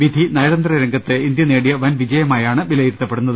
വിധി നയതന്ത്ര രംഗത്ത് ഇന്ത്യ നേടിയ വൻ വിജയമായാണ് വിലയിരുത്തപ്പെടുന്നത്